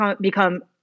become